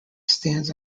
stands